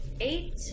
eight